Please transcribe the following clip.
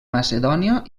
macedònia